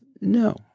no